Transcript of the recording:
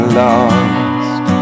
lost